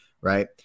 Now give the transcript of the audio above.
right